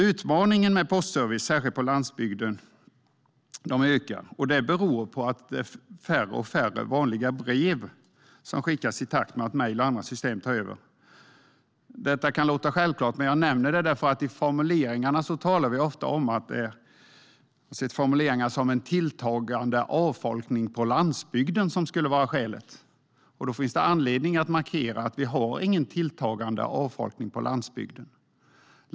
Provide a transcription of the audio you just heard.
Utmaningen med postservice ökar, särskilt på landsbygden. Det beror på att färre och färre vanliga brev skickas i takt med att mejl och andra system tar över. Detta kan låta självklart, men jag nämner det därför att det i formuleringarna ofta talas om en tilltagande avfolkning av landsbygden. Då finns det anledning att markera att det inte råder någon tilltagande avfolkning av landsbygden.